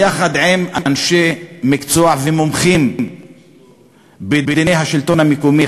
יחד עם אנשי מקצוע ומומחים בדיני השלטון המקומי,